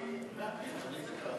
תוסיפו אותי,